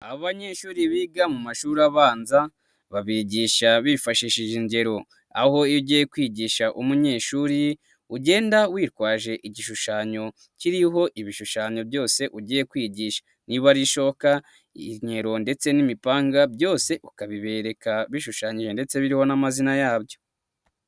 Abanyeshuri biga mu mashuri abanza babigisha bifashishije ingero, aho iyo ugiye kwigisha umunyeshuri, ugenda witwaje igishushanyo kiriho ibishushanyo byose ugiye kwigisha, niba ari ishoka, inkero ndetse n'imipanga byose ukabibereka bishushanyije ndetse biriho n'amazina yabyo.